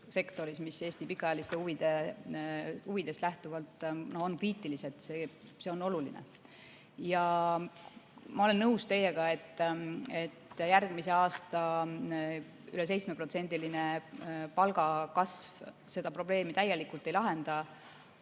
mis Eesti pikaajaliste huvide seisukohast on kriitilises seisus, on oluline. Ja ma olen nõus, et järgmise aasta üle 7%-line palgakasv seda probleemi täielikult ei lahenda.